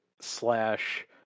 slash